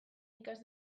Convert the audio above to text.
ikas